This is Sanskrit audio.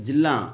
जिल्ला